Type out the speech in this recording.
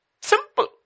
Simple